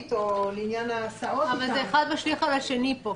או --- אבל זה אחד משליך על השני פה.